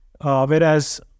Whereas